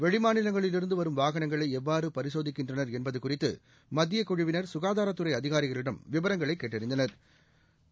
வெளிமாநிலங்களில் இருந்து வரும் வாகனங்களை எவ்வாறு பரிசோதிக்கின்றனா் என்பது குறித்து மத்திய குழுவினா் சுகாதாரத்துறை அதிகாரிகளிடம் விபரங்களை கேட்டறிந்தனா்